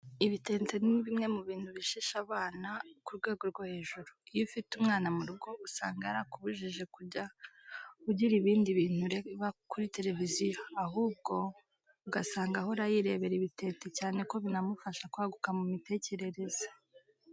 Ibitente ni bimwe mu bintu bishisha abana ku rwego rwo hejuru. Iyo ufite umwana mu rugo usanga yarakubujije kujya ugira ibindi bintu ureba kuri televiziyo, ahubwo ugasanga ahora yirebera ibitente cyane ko binamufasha kwaguka mu mitekerereze.